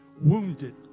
wounded